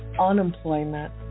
unemployment